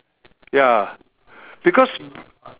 ya because